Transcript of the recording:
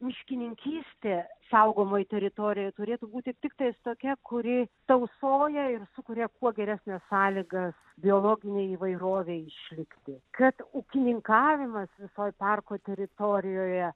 miškininkystė saugomoj teritorijoj turėtų būti tiktais tokia kuri tausoja ir sukuria kuo geresnes sąlygas biologinei įvairovei išlikti kad ūkininkavimas visoj parko teritorijoje